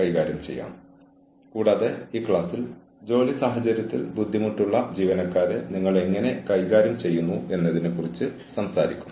കൂടാതെ ഈ പ്രഭാഷണത്തിൽ നമ്മൾ ഓർഗനൈസേഷനുകളിലെ അച്ചടക്കം എന്ന വിഷയം കൈകാര്യം ചെയ്യും